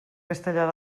castellar